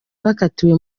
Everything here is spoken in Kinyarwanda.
bakatiwe